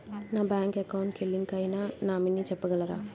నా bank account కి link అయినా నామినీ చెప్పగలరా?